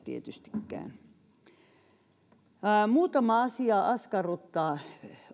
tietystikään hyväksyttäisi muutama asia askarruttaa